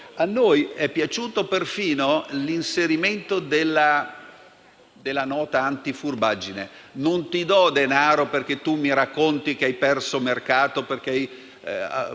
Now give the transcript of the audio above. A noi è piaciuto perfino l'inserimento della norma anti-furbaggine: non ti do denaro perché mi racconti che hai perso mercato, perché è